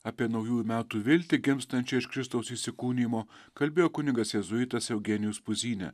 apie naujųjų metų viltį gimstančią iš kristaus įsikūnijimo kalbėjo kunigas jėzuitas eugenijus puzynė